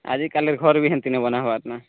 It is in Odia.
ଆଜିକାଲିର ଘର ବି ଏମିତି ନାହିଁ ବନା ହେବାର ନା